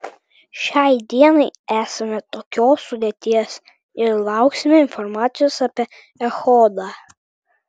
šiai dienai esame tokios sudėties ir lauksime informacijos apie echodą